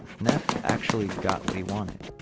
neff actually got what he wanted